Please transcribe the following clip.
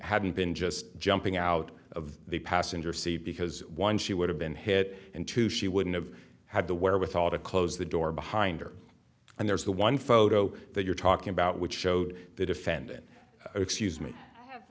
hadn't been just jumping out of the passenger seat because once she would have been hit into she wouldn't have had the wherewithal to close the door behind her and there's the one photo that you're talking about which showed the defendant excuse me